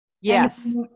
Yes